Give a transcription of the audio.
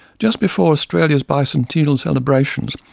just before australia's bicentennial celebrations,